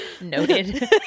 Noted